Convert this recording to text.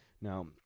Now